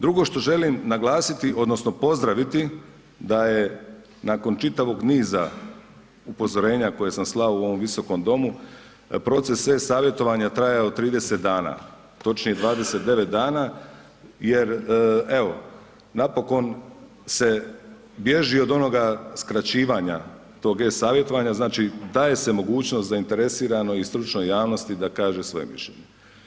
Drugo što želim naglasiti odnosno pozdraviti da je nakon čitavog niza upozorenja koje sam slao u ovom Viskom domu, proces e-savjetovanja trajao 30 dana, točnije 29 dana jer evo, napokon se bježi od onoga skraćivanja tog e-savjetovanja znači daje se mogućnost zainteresiranoj i stručnoj javnosti da kaže svoje mišljenje.